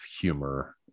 humor